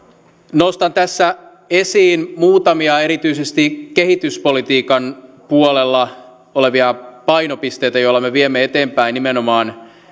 nostan tässä esiin muutamia erityisesti kehityspolitiikan puolella olevia painopisteitä joilla me viemme eteenpäin nimenomaan